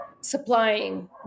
supplying